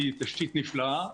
כי היא תשתית נפלאה,